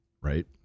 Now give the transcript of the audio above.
right